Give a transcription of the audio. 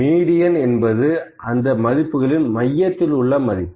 median என்பது அந்த மதிப்புகளில் மொத்தத்தில் உள்ள மதிப்பு